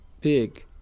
big